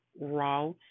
raw